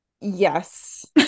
Yes